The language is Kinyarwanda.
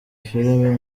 filimi